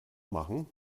machen